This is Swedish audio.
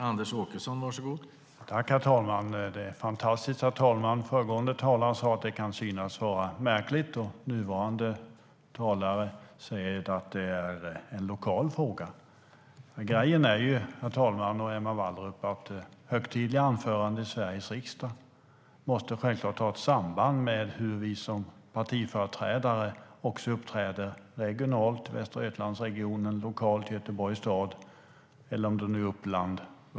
Herr talman! Det här är fantastiskt! Föregående talare sa att det kan synas vara märkligt, och nuvarande talare säger att det är en lokal fråga. Saken är den, herr talman och Emma Wallrup, att högtidliga anföranden i Sveriges riksdag självklart måste ha ett samband med hur vi som partiföreträdare uppträder regionalt i Västra Götalandsregionen eller lokalt i Göteborgs stad eller i Uppsala i Uppland.